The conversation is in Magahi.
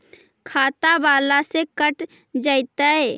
खाता बाला से कट जयतैय?